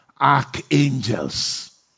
archangels